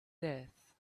death